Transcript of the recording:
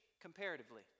comparatively